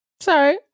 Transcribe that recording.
Sorry